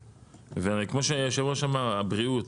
כמו שיושב הראש אמר, הבריאות,